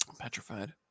Petrified